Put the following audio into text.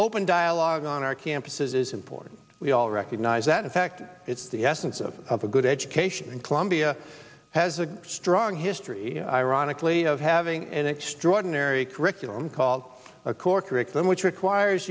open dialogue on our campuses is important we all recognize that in fact it's the essence of have a good education in columbia has a strong history ironically of having an extraordinary curriculum called a core curriculum which requires